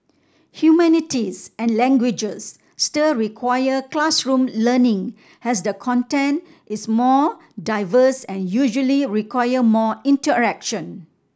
humanities and languages still require classroom learning as the content is more diverse and usually require more interaction